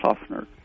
softener